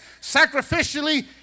sacrificially